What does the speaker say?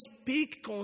speak